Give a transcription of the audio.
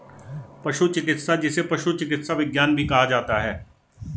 पशु चिकित्सा, जिसे पशु चिकित्सा विज्ञान भी कहा जाता है